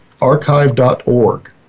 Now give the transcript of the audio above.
archive.org